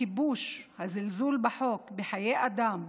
הכיבוש, הזלזול בחוק, בחיי אדם,